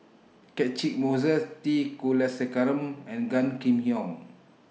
Catchick Moses T Kulasekaram and Gan Kim Yong